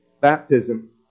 Baptism